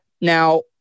now